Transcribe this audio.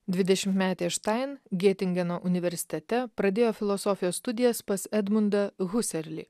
dvidešimtmetė štain gėtingeno universitete pradėjo filosofijos studijas pas edmundą huserlį